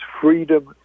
freedom